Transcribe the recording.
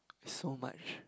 so much